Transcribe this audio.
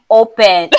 open